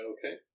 Okay